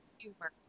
humor